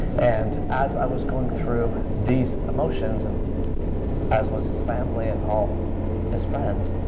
and as i was going through these emotions, and as was his family and all his friends,